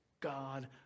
God